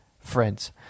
friends